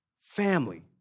Family